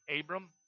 Abram